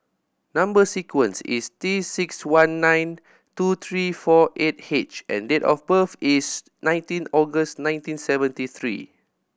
number sequence is T six one nine two three four eight H and date of birth is nineteen August nineteen seventy three